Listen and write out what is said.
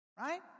Right